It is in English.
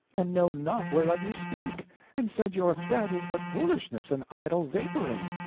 and know not whereof you speak and said your threat is but foolishness and idle vaporing.